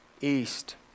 east